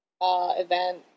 event